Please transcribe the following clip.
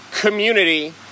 community